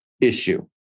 issue